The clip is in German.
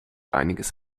einiges